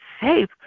safe